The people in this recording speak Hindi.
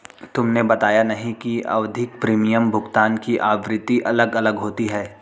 तुमने बताया नहीं कि आवधिक प्रीमियम भुगतान की आवृत्ति अलग अलग होती है